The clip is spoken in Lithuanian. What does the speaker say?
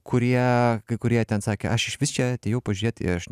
kurie kai kurie ten sakė aš išvis čia atėjau pažiūrėti aš